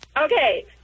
Okay